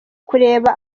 kureba